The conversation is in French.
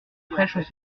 prêches